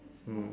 mm